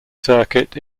circuit